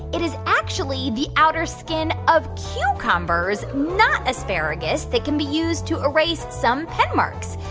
it is actually the outer skin of cucumbers, not asparagus, that can be used to erase some pen marks.